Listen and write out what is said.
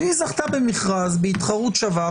היא זכתה במכרז בהתחרות שווה.